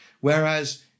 whereas